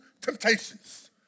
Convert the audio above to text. temptations